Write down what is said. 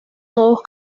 nuevos